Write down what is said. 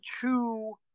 two